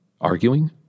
Arguing